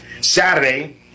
Saturday